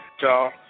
y'all